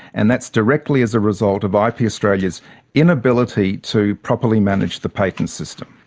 and that's directly as a result of ah ip yeah australia's inability to properly manage the patent system.